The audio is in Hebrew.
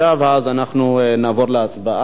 אחר כך נעבור להצבעה